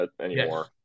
anymore